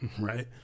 right